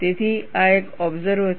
તેથી આ એક ઓબસર્વ છે